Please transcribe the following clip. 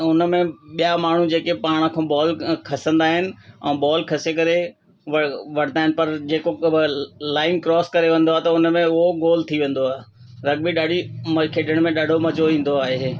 उन में ॿिया माण्हू जेके पाण खां बॉल खसींदा आहिनि ऐं बॉल खसे करे वर वठंदा आइन पर जेको लाइन क्रोस करे वञंदो आहे त उन में उहो गोल थी वेंदो आहे रगबी ॾाढी मूंखे खेॾण में ॾाढो मज़ो ईंदो आहे